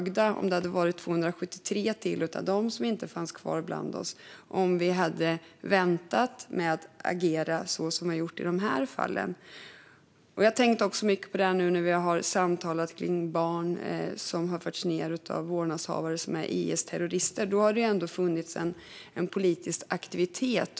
Hur hade det varit om det hade varit 273 till av dem som inte fanns kvar bland oss? Hade vi då väntat med att agera, så som vi har gjort i de här fallen? Jag har tänkt mycket på det här när vi har samtalat om barn som har förts ut ur landet av vårdnadshavare som är IS-terrorister. Då har det ändå funnits en politisk aktivitet.